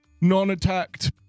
Non-attacked